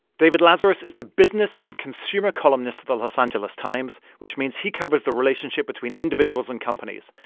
david lazarus is the business and consumer columnist at the los angeles times, which means he covers the relationship between individuals and companies.